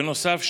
בנוסף,